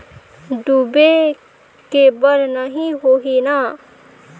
डूबे के बर नहीं होही न?